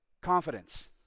confidence